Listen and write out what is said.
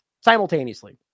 simultaneously